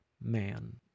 man